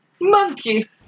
Monkey